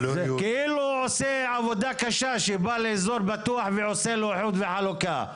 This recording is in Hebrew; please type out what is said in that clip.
כאילו הוא עושה עבודה קשה שהוא בא לאזור בטוח ועושה לו איחוד וחלוקה.